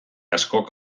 askok